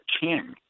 king